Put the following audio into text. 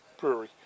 brewery